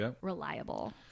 reliable